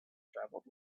travelled